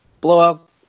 Blowout